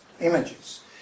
images